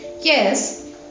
Yes